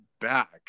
back